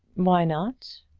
why not?